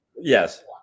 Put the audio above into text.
Yes